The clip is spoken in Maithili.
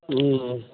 हुँ